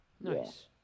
nice